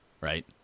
right